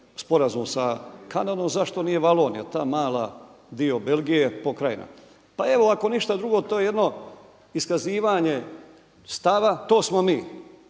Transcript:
sporazum sa Kanadom. Zašto nije Valonija, taj mali dio Belgije, pokrajina? Pa evo ako ništa drugo to je jedno iskazivanje stava to smo mi.